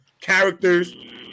Characters